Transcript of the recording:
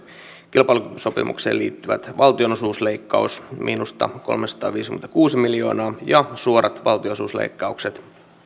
kilpailukykysopimukseen liittyvä valtionosuusleikkaus miinusta kolmesataaviisikymmentäkuusi miljoonaa ja suorat valtionosuusleikkaukset